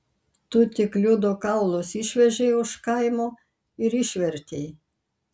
tu tik liudo kaulus išvežei už kaimo ir išvertei